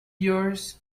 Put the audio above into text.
yours